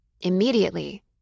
Immediately